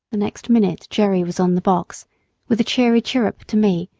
the next minute jerry was on the box with a cheery chirrup to me,